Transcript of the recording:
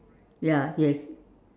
ya yes